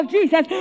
Jesus